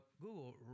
Google